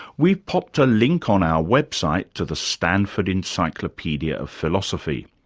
we've popped a link on our website to the stanford encyclopaedia of philosophy,